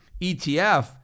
ETF